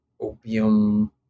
opium